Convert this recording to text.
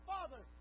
Father